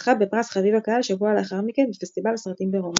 וזכה בפרס חביב הקהל שבוע לאחר מכן בפסטיבל הסרטים ברומא.